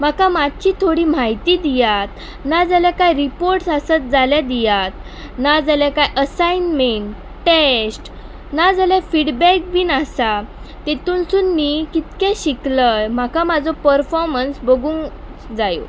म्हाका मात्शी थोडी म्हायती दियात नाजाल्यार कांय रिपोर्ट्स आसत जाल्यार दियात नाजाल्यार कांय असायनमेंट टॅस्ट नाजाल्यार फिडबॅक बीन आसा तितूनसून मी कितलें शिकलंय म्हाका म्हजो परफोमन्स बगूंक जाय